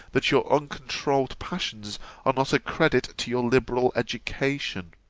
that your uncontrouled passions are not a credit to your liberal education.